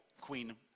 Queen